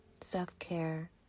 self-care